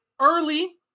early